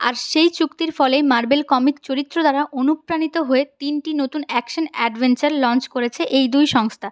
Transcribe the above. আর সেই চুক্তির ফলে মার্বেল কমিক চরিত্র দ্বারা অনুপ্রাণিত হয়ে তিনটি নতুন অ্যাকশন অ্যাডভেঞ্চার লঞ্চ করেছে এই দুই সংস্থা